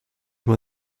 when